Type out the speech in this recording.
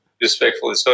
respectfully